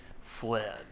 fled